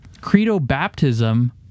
credo-baptism